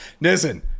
listen